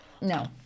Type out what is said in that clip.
No